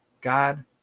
God